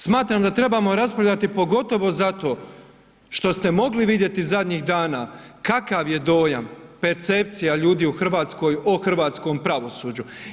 Smatram da trebamo raspravljati pogotovo zato što ste mogli vidjeti zadnjih dana kakav je dojam, percepcija ljudi u Hrvatskoj o hrvatskom pravosuđu.